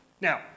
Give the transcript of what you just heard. Now